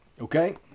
Okay